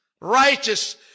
Righteous